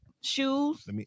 shoes